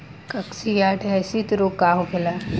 काकसिडियासित रोग का होखेला?